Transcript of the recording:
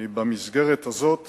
במסגרת הזאת